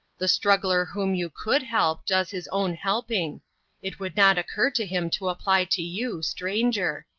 the struggler whom you could help does his own helping it would not occur to him to apply to you, stranger.